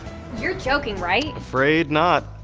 you're joking, right? afraid not.